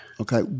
Okay